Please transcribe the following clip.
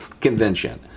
convention